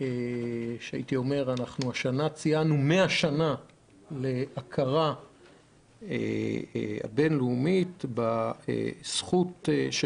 השנה ציינו 100 להכרה הבין-לאומית בזכות של